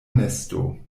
nesto